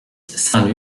saint